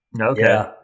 Okay